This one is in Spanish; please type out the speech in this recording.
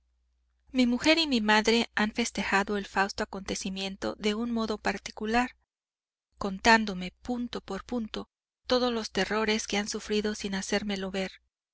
mi mujer y mi madre han festejado el fausto acontecimiento de un modo particular contándome punto por punto todos los terrores que han sufrido sin hacérmelo ver